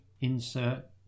Insert